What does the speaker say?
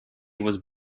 was